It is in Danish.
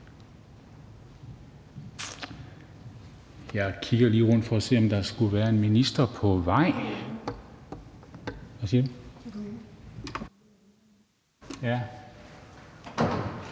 Jeg kigger lige rundt for at se, om der skulle være en minister på vej. Jeg venter lige